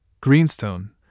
Greenstone